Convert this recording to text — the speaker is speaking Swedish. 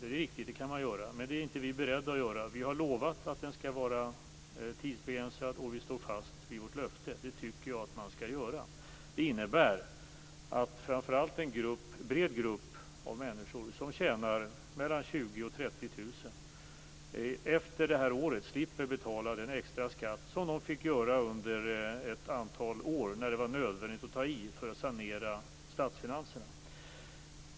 Det är riktigt att man kan göra det, men vi är inte beredda att göra det. Vi har lovat att värnskatten skall vara tidsbegränsad, och vi står fast vid vårt löfte. Det tycker jag också att man skall göra. Detta innebär att framför allt en bred grupp av människor, som tjänar mellan 20 000 och 30 000 kr i månaden, efter det här året slipper betala den extra skatt som togs ut av dem under ett antal år när det var nödvändigt att ta i för att sanera statsfinanserna.